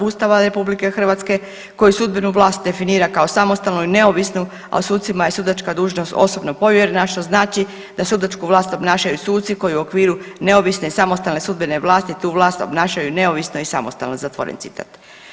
Ustava Republike Hrvatske koji sudbenu vlast definira kao samostalno i neovisnu a sucima je sudačka dužnost osobno povjerena što znači da sudačku vlast obnašaju suci koji u okviru neovisne i samostalne sudbene vlasti tu vlast obnašaju neovisno i samostalno, zatvoren citat.